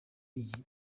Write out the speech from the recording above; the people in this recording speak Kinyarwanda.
iyi